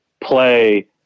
play